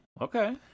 Okay